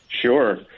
Sure